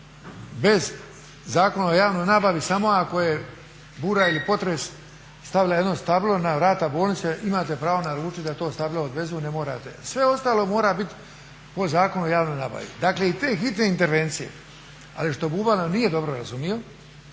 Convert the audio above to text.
bez Zakona o javnoj nabavi samo ako je bura ili potres stavila jedno stablo na vrata bolnice imate pravo naručit da to stablo odvezu, ne morate. Sve ostalo mora biti po Zakonu o javnoj nabavi. Dakle i te hitne intervencije, ali što Bubalo nije dobro razumio,